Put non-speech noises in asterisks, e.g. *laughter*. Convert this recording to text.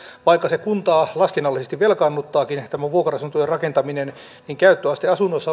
vaikka kuntaa laskennallisesti velkaannuttaakin tämä vuokra asuntojen rakentaminen niin käyttöaste asunnoissa *unintelligible*